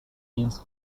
since